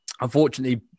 unfortunately